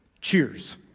Cheers